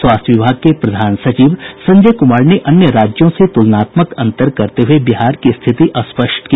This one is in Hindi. स्वास्थ्य विभाग के प्रधान सचिव संजय कुमार ने अन्य राज्यों से तुलनात्मक अंतर करते हुए बिहार की स्थिति स्पष्ट की